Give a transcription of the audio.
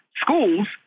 schools